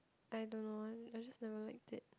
I don't know eh I just never like it